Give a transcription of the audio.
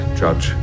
judge